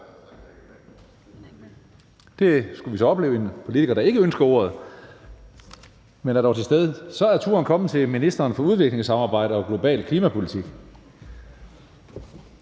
Det skulle vi så opleve – en politiker, der ikke ønsker ordet, men dog er til stede. Så er turen kommet til ministeren for udviklingssamarbejde og global klimapolitik.